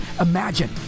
imagine